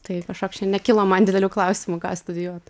tai kažkoks čia nekilo man didelių klausimų ką studijuot